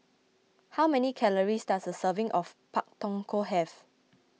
how many calories does a serving of Pak Thong Ko have